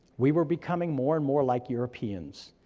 we were becoming more and more like europeans,